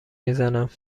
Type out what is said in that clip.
میزنم